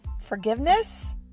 forgiveness